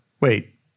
Wait